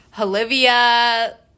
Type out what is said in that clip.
Olivia